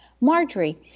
Marjorie